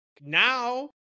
now